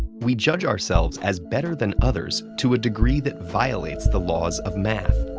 we judge ourselves as better than others to a degree that violates the laws of math.